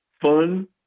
fun